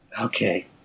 Okay